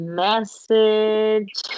message